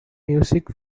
music